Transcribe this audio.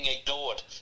ignored